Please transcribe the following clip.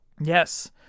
Yes